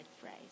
phrase